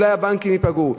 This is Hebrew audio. אולי הבנקים ייפגעו.